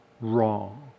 wrong